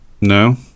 No